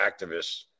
activists